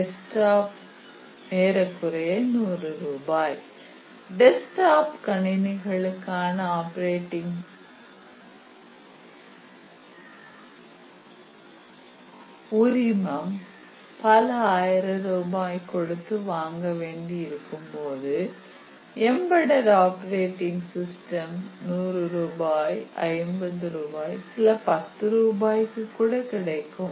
desktop கணினிகளுக்கான operating சிஸ்டத்திற்கான உரிம பல ஆயிரம் ரூபாய் கொடுத்து வாங்க வேண்டி இருக்கும் போது எம்பெட் ஆப்பரேட்டிங் சிஸ்டம் 100 ரூபாய் 50 ரூபாய் சில பத்து ரூபாய்க்கு கூட கிடைக்கும்